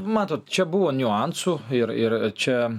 matote čia buvo niuansų ir ir čia